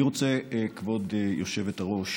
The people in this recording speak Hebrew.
אני רוצה, כבוד היושבת-ראש,